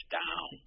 down